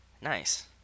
Nice